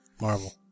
Marvel